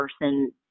person